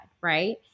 right